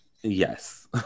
yes